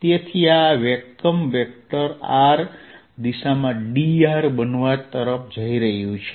તેથી આ એકમ વેક્ટર r દિશામાં dr બનવા જઈ રહ્યું છે